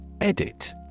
Edit